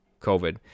COVID